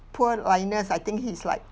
poor linus I think he's like